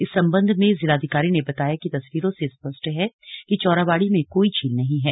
इस संबंध में जिलाधिकारी ने बताया कि तस्वीरों से स्पष्ट है कि चौराबाड़ी में कोई झील नहीं है